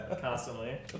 constantly